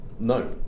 No